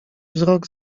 wzrok